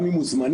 גם אם הוא זמני,